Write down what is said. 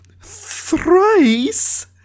thrice